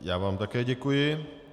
Já vám také děkuji.